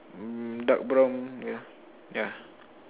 hmm dark brown yeah ya